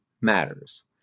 matters